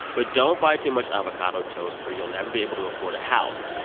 but don't buy too much avocado toast, or you'll never be able to afford a house.